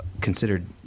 considered